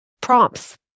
prompts